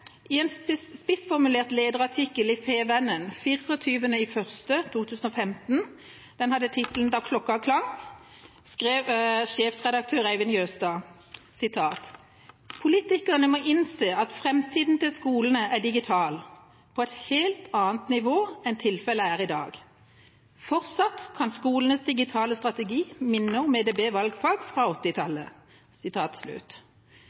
I en spissformulert lederartikkel i Fædrelandsvennen den 24. januar 2015 med tittelen «Da klokka klang» skrev sjefredaktør Eivind Ljøstad: da må politikerne innse at fremtiden til skolene er digital. På et helt annet nivå enn tilfellet er i dag. Fortsatt kan skolenes digitale strategi minne om EDB-valgfag fra